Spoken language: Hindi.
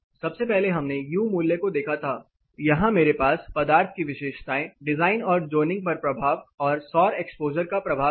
सबसे पहले हमने यू मूल्य को देखा था यहां मेरे पास पदार्थ की विशेषताएं डिजाइन और ज़ोनिंग पर प्रभाव और सौर एक्सपोज़र का प्रभाव है